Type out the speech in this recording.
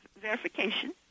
verification